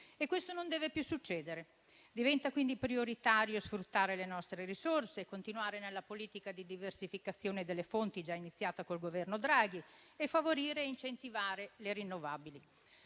Questo non deve più succedere. Diventa quindi prioritario sfruttare le nostre risorse, continuare nella politica di diversificazione delle fonti, già iniziata con il Governo Draghi, favorire e incentivare le fonti